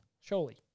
surely